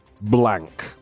blank